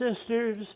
sisters